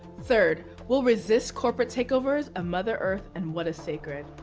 third, we'll resist corporate takeovers of mother earth and what is sacred.